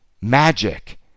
magic